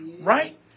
right